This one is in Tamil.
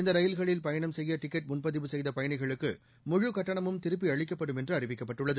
இந்த ரயில்களில் பயணம் செய்ய டிக்கெட் முன்பதிவு செய்த பயணிகளுக்கு முழுக் கட்டணமும் திருப்பியளிக்கப்படும் என்று அறிவிக்கப்பட்டுள்ளது